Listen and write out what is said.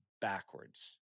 backwards